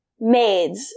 maids